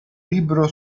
libero